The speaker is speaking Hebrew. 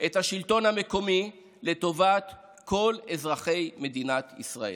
את השלטון המקומי לטובת כל אזרחי מדינת ישראל.